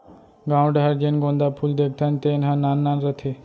गॉंव डहर जेन गोंदा फूल देखथन तेन ह नान नान रथे